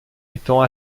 étang